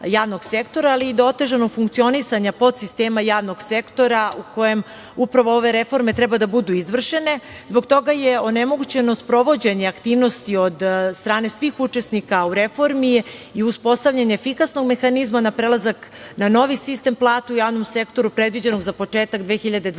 ali i do otežanog funkcionisanja podsistema javnog sektora u kojem upravo ove reforme treba da budu izvršene. Zbog toga je onemogućeno sprovođenje aktivnosti od strane svih učesnika u reformi i uspostavljanje efikasnog mehanizma na prelazak na novi sistem plata u javnom sektoru, predviđenog za početak 2022.